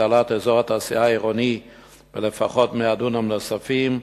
הגדלת אזור התעשייה העירוני בלפחות 100 דונם נוספים,